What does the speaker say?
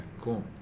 cool